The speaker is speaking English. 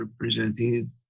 represented